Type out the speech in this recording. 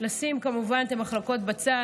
לשים את המחלוקות בצד,